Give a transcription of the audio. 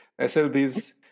SLBs